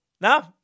No